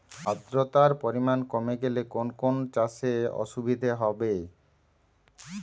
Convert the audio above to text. আদ্রতার পরিমাণ কমে গেলে কোন কোন চাষে অসুবিধে হবে?